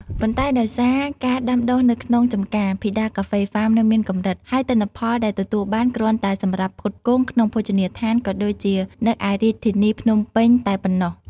ប៉ុន្តែដោយសារ ការដាំដុះនៅក្នុងចម្ការ ភីដាកាហ្វេហ្វាមនៅមានកម្រិត ហើយទិន្នផលដែលទទួលបាន គ្រាន់តែសម្រាប់ផ្គត់ផ្គង់ ក្នុងភោជនីយដ្ឋានក៏ដូចជានៅឯរាជធានីភ្នំពេញតែប៉ុណ្ណោះ។